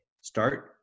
Start